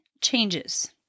changes